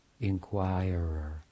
inquirer